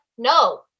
No